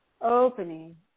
opening